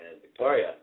Victoria